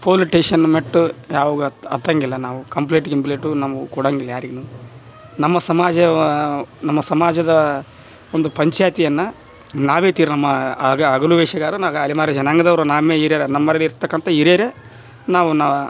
ಫೋಲಿಸ್ station ಮೆಟ್ಲು ಯಾವಾಗು ಹತ್ತಂಗಿಲ್ಲ ನಾವು ಕಂಪ್ಲೇಂಟ್ ಗಿಂಪ್ಲೇಂಟು ನಾವು ಕೊಡಂಗಿಲ್ಲ ಯಾರಿಗುನು ನಮ್ಮ ಸಮಾಜವ ನಮ್ಮ ಸಮಾಜದ ಒಂದು ಪಂಚಾಯ್ತಿಯನ್ನ ನಾವೇ ತೀರ್ಮ ಆಗ ಹಗಲು ವೇಷಗಾರ ನಾಗ ಅಲೆಮಾರಿ ಜನಾಂಗದವ್ರು ನಾಮೆ ಹಿರಿಯರ್ ನಮ್ಮರ್ವಿ ಇರ್ತಕ್ಕಂಥ ಹಿರಿಯರ್ ನಾವುನ